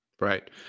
Right